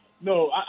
no